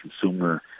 consumer